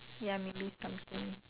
ya maybe something